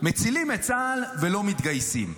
"מצילים את צה"ל, לא מתגייסים".